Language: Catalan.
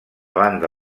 banda